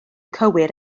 cywir